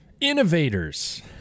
innovators